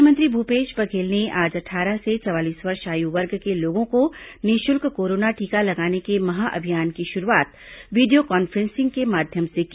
मुख्यमंत्री भूपेश बघेल ने आज अट्ठारह से चवालीस वर्ष आयु वर्ग के लोगों को निःशुल्क कोरोना टीका लगाने के महाअभियान की शुरूआत वीडियो कॉन्फ्रेंसिंग के माध्यम से की